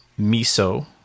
miso